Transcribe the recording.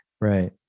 right